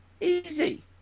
Easy